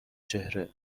چهره